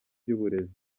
ry’uburezi